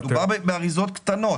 הרי מדובר באריזות קטנות.